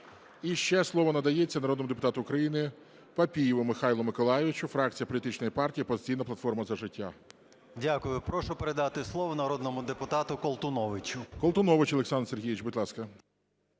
І ще слово надається народному депутату України Папієву Михайлу Миколайовичу, фракція політичної партії "Опозиційна платформа - За життя". 12:59:09 ПАПІЄВ М.М. Дякую. Прошу передати слово народному депутату Колтуновичу. ГОЛОВУЮЧИЙ. Колтунович Олександр Сергійович. Будь ласка.